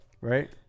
Right